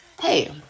hey